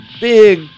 big